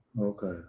Okay